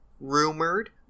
rumored